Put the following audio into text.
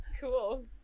cool